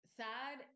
sad